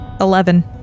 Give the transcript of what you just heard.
Eleven